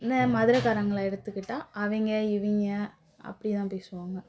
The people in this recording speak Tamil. இந்த மதுரைகாரங்கள எடுத்துக்கிட்டால் அவிங்க இவிங்க அப்படி தான் பேசுவாங்க